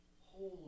Holy